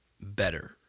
better